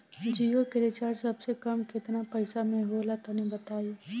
जियो के रिचार्ज सबसे कम केतना पईसा म होला तनि बताई?